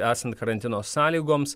esant karantino sąlygoms